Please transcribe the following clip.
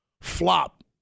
flop